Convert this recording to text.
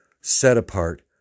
set-apart